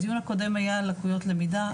הדיון הקודם היה על לקויות למידה,